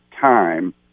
time